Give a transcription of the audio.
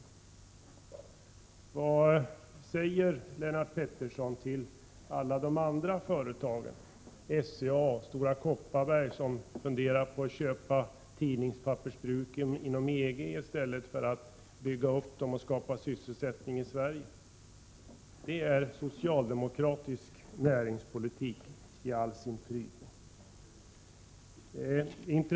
Och vad meddelar Lennart Pettersson alla andra företag — SCA, Stora Kopparberg etc. — som t.ex. funderar på att köpa tidningspappersbruk inom EG i stället för att bygga upp industrier och skapa sysselsättning i Sverige? Här har vi exempel på socialdemokratisk näringspolitik i dess prydno!